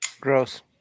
Gross